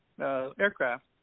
aircraft